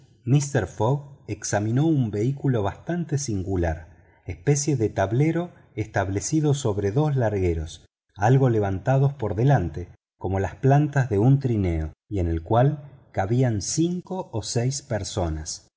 mister fogg examinó un vehículo bastante singular especie de tablero establecido sobre dos largueros algo levantados por delante como las plantas de un trineo y en el cual cabían cinco o seis personas